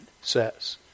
says